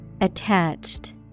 attached